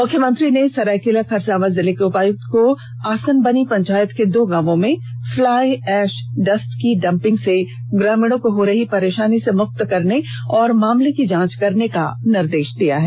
मुख्यमंत्री ने सरायकेला खरसावां जिले के उपायुक्त को आसनबनी पंचायत के दो गांवों में फ्लाई एष डस्ट की डंपिंग से ग्रामीणों को हो रही परेषानी से मुक्त करने और मामले की जांच करने का निर्देष दिया है